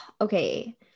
okay